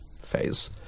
Phase